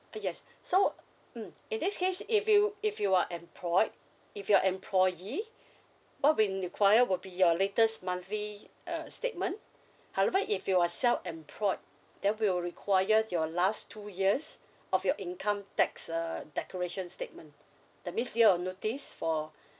uh yes so mm in this case if you if you are employed if you're employee what we require would be your latest monthly uh statement however if you're self-employed then we'll require your last two years of your income tax uh declaration statement that means year of notice for